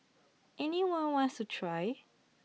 any one wants to try